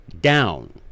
down